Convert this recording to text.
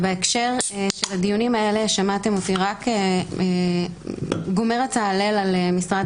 ובהקשר של הדיונים האלה שמעתם אותי רק גומרת את ההלל על משרד